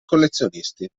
collezionisti